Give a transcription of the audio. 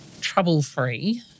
trouble-free